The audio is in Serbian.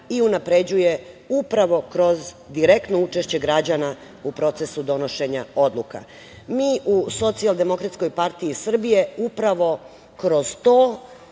i unapređuje upravo kroz direktno učešće građana u procesu donošenja odluka. Mi u Socijaldemokratskoj partiji Srbije upravo kroz to